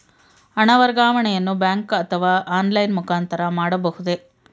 ಹಣ ವರ್ಗಾವಣೆಯನ್ನು ಬ್ಯಾಂಕ್ ಅಥವಾ ಆನ್ಲೈನ್ ಮುಖಾಂತರ ಮಾಡಬಹುದೇ?